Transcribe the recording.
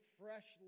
fresh